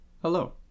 Hello